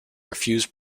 refuse